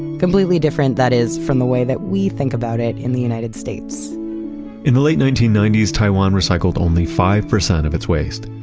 completely different, that is, from the way that we think about it in the united states in the late nineteen ninety s, taiwan recycled only five percent of its waste.